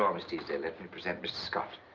um miss teasdale. let me present mr. scott.